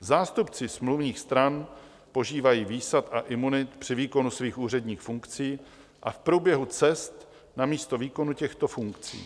Zástupci smluvních stran požívají výsad a imunit při výkonu svých úředních funkcí a v průběhu cest na místo výkonu těchto funkcí.